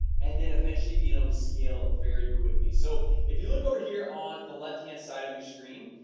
and then, eventually, being um to scale very quickly. so if you look over here on the left hand side of your screen,